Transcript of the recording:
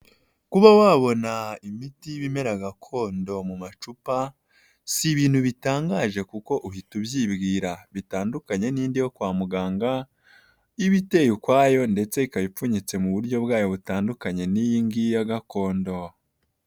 Kuba wabona imiti y'ibimera gakondo mu macupa si ibintu bitangaje kuko uhita ubyibwira bitandukanye n'indi yo kwa muganga, iba iteye ukwayo ndetse ikaba ipfunyitse mu buryo bwayo butandukanye n'iyi ngiyi ya gakondo.